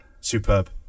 Superb